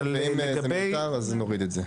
ואם זה מיותר אז נוריד את זה.